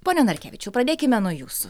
pone narkevičiau pradėkime nuo jūsų